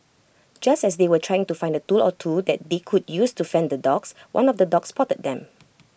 just as they were trying to find A tool or two that they could use to fend the dogs one of the dogs spotted them